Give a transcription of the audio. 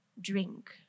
Drink